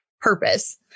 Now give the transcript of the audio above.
purpose